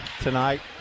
tonight